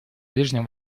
ближнем